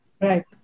Right